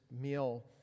meal